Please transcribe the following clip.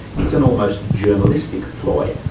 it's an almost journalistic ploy,